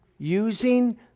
using